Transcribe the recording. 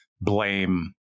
blame